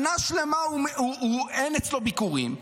שנה שלמה אין אצלו ביקורים.